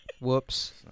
Whoops